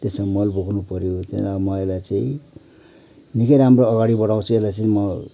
त्यसमा मल बोक्नु पऱ्यो त्यहाँ मा यसलाई चाहिँ निकै राम्रो अगाडि बढाउँछु यसलाई चाहिँ म